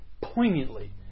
poignantly